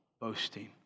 boasting